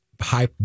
high